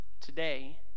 Today